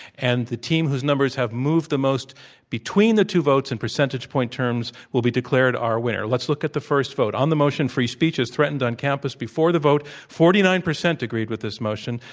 and the team whose numbers have moved the most between the two votes in percentage point terms will be declared our winner. let's look at the first vote. on the motion, free speech is threatened on campus, before the vote, forty nine percent agreed with this motion,